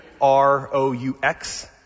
R-O-U-X